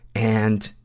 and,